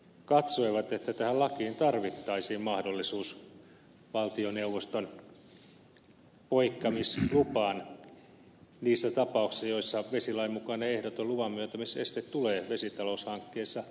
katsoivat että tähän lakiin tarvittaisiin mahdollisuus valtioneuvoston poikkeamislupaan niissä tapauksissa joissa vesilain mukainen ehdoton luvanmyöntämiseste tulee vesitaloushankkeissa vastaan